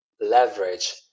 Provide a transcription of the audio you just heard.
leverage